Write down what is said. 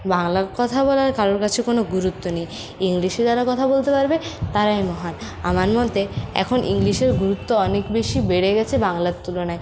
বাংলা কথা বলার কারোর কাছে কোনো গুরুত্ব নেই ইংলিশে যারা কথা বলতে পারবে তারাই মহান আমার মতে এখন ইংলিশের গুরুত্ব অনেক বেশি বেড়ে গেছে বাংলার তুলনায়